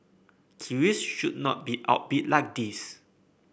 Kiwis should not be outbid like this